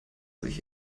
sich